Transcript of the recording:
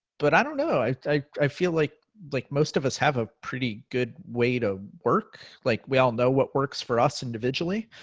but i don't know, i i feel like like most of us have a pretty good way to work. like we all know what works for us individually,